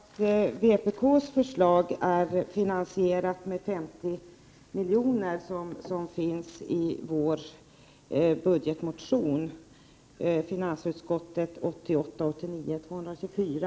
Herr talman! Jag vill påpeka att vpk:s förslag är finansierat med 50 miljoner, enligt vad som redovisas i vår budgetmotion 1988/89:Fi224.